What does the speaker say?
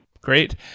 Great